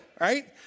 right